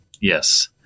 Yes